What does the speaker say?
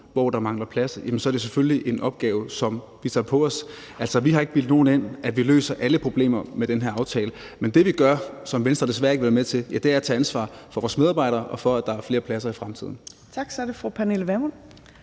hvor der mangler pladser, er det selvfølgelig en opgave, som vi tager på os. Altså, vi har ikke bildt nogen ind, at vi løser alle problemer med den her aftale, men det, vi gør – som Venstre desværre ikke vil være med til – ja, det er at tage ansvar for vores medarbejdere og for, at der er flere pladser i fremtiden. Kl. 12:10 Tredje næstformand